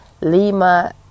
Lima